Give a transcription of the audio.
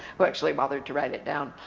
who actually bothered to write it down.